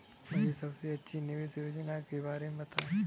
मुझे सबसे अच्छी निवेश योजना के बारे में बताएँ?